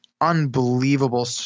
unbelievable